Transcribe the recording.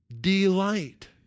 Delight